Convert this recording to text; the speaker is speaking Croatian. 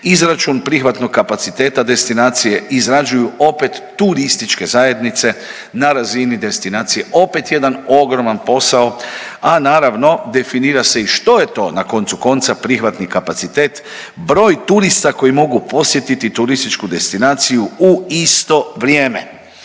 Izračun prihvatnog kapaciteta destinacije izrađuju opet turističke zajednice na razini destinacije. Opet jedan ogroman posao, a naravno definira se i što je to na koncu konca prihvatni kapacitet, broj turista koji mogu posjetiti turističku destinaciju u isto vrijeme